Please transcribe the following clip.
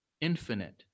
infinite